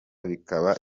bikaba